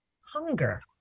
hunger